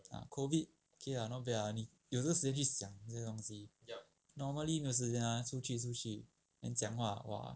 ah COVID clear or not clear ah 你有这些时间去想这些东西 normally 没有时间的 mah 出去出去 then 讲话 !wah!